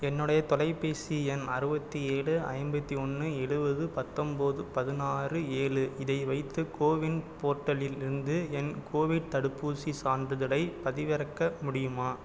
என்னுடைய தொலைபேசி எண் அறுபத்தி ஏழு ஐம்பத்தி ஒன்று எழுவது பத்தொம்போது பதினாறு ஏழு இதை வைத்து கோவின் போர்ட்டலிலிருந்து என் கோவிட் தடுப்பூசி சான்றிதழை பதிவிறக்க முடியுமா